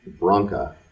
bronca